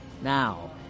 Now